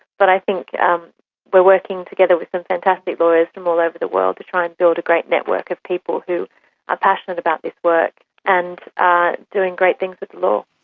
but i think we're working together with some fantastic lawyers from all over the world to try and build a great network of people who are passionate about this work and are doing great things with the law.